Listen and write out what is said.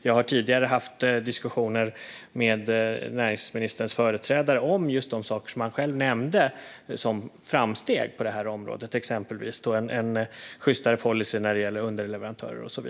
Jag har tidigare haft diskussioner med näringsministerns företrädare om just de saker som han själv nämnde som framsteg på detta område, exempelvis en sjystare policy när det gäller underleverantörer.